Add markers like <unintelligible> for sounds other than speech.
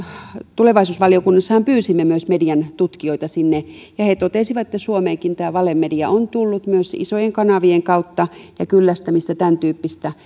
tulevaisuusvaliokunnassahan pyysimme myös median tutkijoita sinne ja he totesivat että suomeenkin tämä valemedia on tullut myös isojen kanavien kautta ja kyllästämistä tämäntyyppistä <unintelligible>